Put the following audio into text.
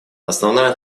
основная